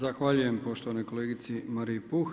Zahvaljujem poštovanoj kolegici Mariji Puh.